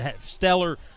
stellar